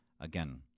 Again